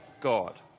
God